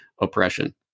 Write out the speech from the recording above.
oppression